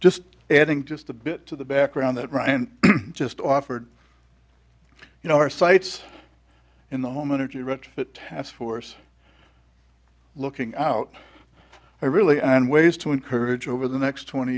just adding just a bit to the background that rand just offered you know our sights in the home energy retrofit task force looking out i really and ways to encourage over the next twenty